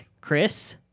Chris